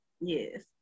Yes